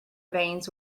veins